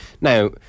Now